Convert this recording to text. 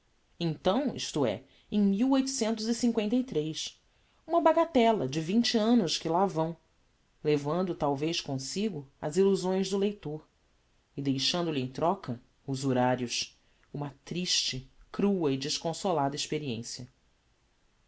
então isto é em uma bagatella de vinte annos que lá vão levando talvez comsigo as illusões do leitor e deixando-lhe em troca usurarios uma triste crua e desconsolada experiencia